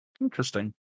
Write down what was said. interesting